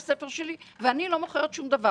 הרבה מסתיימות בפשרה מתחת לרדאר, חלקן מגיעות לבית